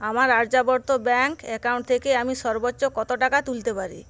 আমার Aryavarta bank account থেকে আমি সর্বোচ্চ কত টাকা তুলতে পারি